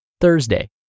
Thursday